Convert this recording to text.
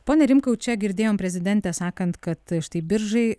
pone rimkau čia girdėjom prezidentę sakant kad štai biržai